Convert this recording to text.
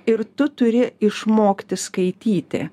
ir tu turi išmokti skaityti